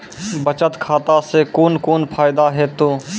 बचत खाता सऽ कून कून फायदा हेतु?